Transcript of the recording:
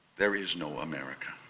there is no america,